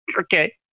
okay